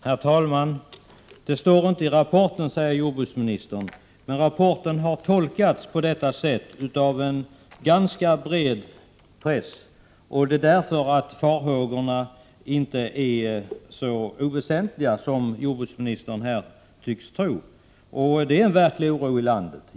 Herr talman! Det står inte i rapporten, säger jordbruksministern. Men rapporten har tolkats på detta sätt av en ganska bred press, därför att farhågorna inte är så oväsentliga som jordbruksministern tycks tro. Det är en verklig oro ute i landet.